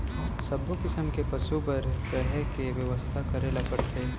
सब्बो किसम के पसु बर रहें के बेवस्था करे ल परथे